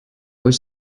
was